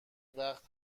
وقت